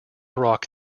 rock